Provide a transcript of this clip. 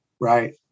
Right